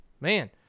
Man